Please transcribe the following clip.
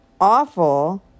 awful